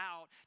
out